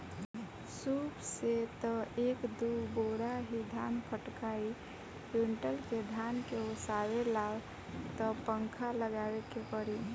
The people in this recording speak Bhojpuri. सूप से त एक दू बोरा ही धान फटकाइ कुंयुटल के धान के ओसावे ला त पंखा लगावे के पड़ी